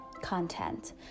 content